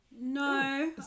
no